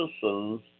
citizens